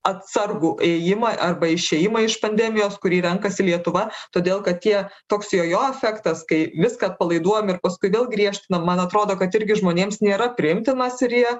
atsargų ėjimą arba išėjimą iš pandemijos kurį renkasi lietuva todėl kad tie toks jojo efektas kai viską atpalaiduojam ir paskui vėl griežtinam man atrodo kad irgi žmonėms nėra priimtinas ir jie